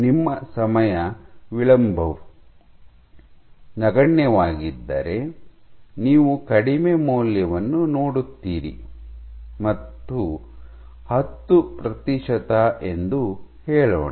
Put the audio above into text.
ನಿಮ್ಮ ಸಮಯ ವಿಳಂಬವು ನಗಣ್ಯವಾಗಿದ್ದರೆ ನೀವು ಕಡಿಮೆ ಮೌಲ್ಯವನ್ನು ನೋಡುತ್ತೀರಿ ಹತ್ತು ಪ್ರತಿಶತ ಎಂದು ಹೇಳೋಣ